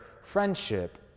friendship